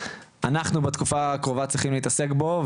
אנחנו בתקופה הקרובה צריכים להתעסק בו.